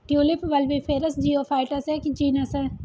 tulip bulbiferous geophytes का एक genus है